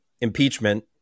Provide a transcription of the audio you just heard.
impeachment